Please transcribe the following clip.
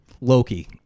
loki